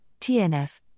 TNF